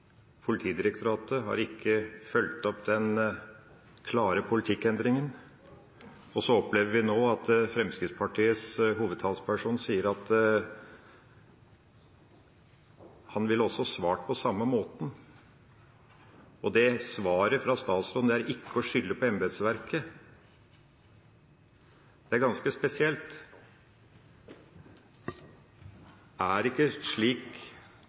Politidirektoratet har ikke fulgt opp den klare politikkendringa. Og så opplever vi nå at Fremskrittspartiets hovedtalsperson sier at han ville også svart på samme måten, og det svaret fra statsråden er ikke å skylde på embetsverket. Det er ganske spesielt. Er det ikke slik